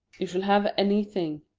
you shall have any thing.